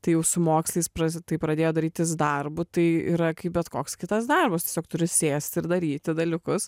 tai jau su mokslais praz tai pradėjo darytis darbu tai yra kaip bet koks kitas darbas tiesiog turi sėsti ir daryti dalykus